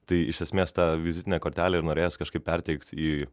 tai iš esmės ta vizitinė kortelė ir norėjos kažkaip perteikti į